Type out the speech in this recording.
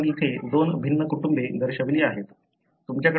तर आपण येथे दोन भिन्न कुटुंबे दर्शविली आहेत